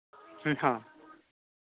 ᱦᱮᱸ